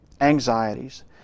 Anxieties